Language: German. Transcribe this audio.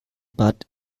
bad